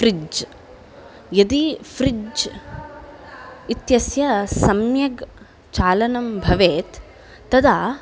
fridge यदि fridge इत्यस्य सम्यग् चालनं भवेत् तदा